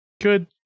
Good